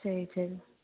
சரி சரி